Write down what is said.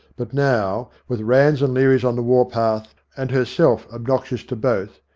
but now, with ranns and learys on the war-path, and herself obnoxious to both,